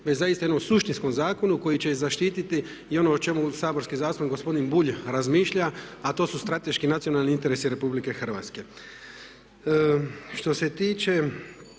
zaista o jednom suštinskom zakonu koji će zaštiti i ono o čemu saborski zastupnik gospodin Bulj razmišlja a to su strateški nacionalni interesi RH. Što se